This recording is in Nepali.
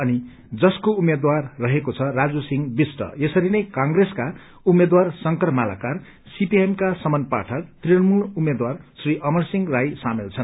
अनि जसको उम्मेद्वार रहेको छ राुजसिंह विष्ट यसरीनै कंग्रेसका उम्मेद्वार शंकर मालकार सीपीआईएम का समन पाठक तृणमूल उम्मेद्वार श्री अमर सिंह राई सामेल छन्